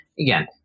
again